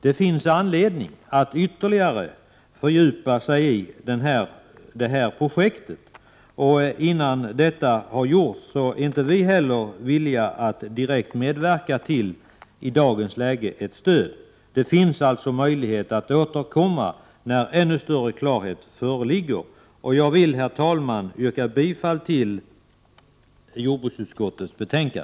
Det finns anledning till ett fördjupat arbete med detta projekt, och dessförinnan är inte heller vi villiga att medverka till ett stöd. Det finns alltså möjlighet att återkomma när större klarhet föreligger. Herr talman! Jag yrkar bifall till utskottets hemställan.